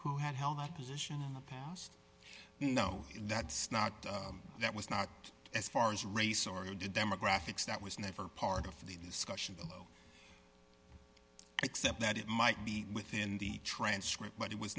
who had held that position in the past you know that's not that was not as far as race or even the demographics that was never part of the discussion below except that it might be within the transcript but it was